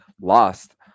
lost